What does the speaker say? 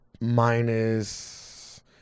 minus